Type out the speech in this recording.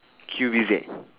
Q_P_Z